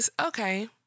Okay